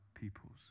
people's